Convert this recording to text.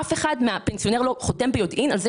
אף אחד מהפנסיונרים לא חותם ביודעין על כך